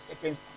seconds